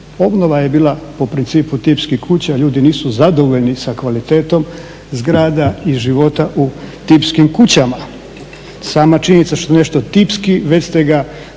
Obnova je bila po principu tipskih kuća, ljudi nisu zadovoljni sa kvalitetom zgrada i života u tipskim kućama. Sama činjenica što je nešto tipski, već ste ga